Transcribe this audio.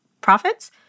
profits